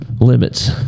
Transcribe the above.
limits